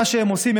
מה שהם עושים,